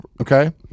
okay